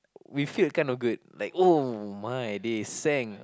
we feel kind of good like oh my they sang